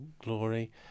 glory